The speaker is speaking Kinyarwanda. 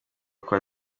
kwa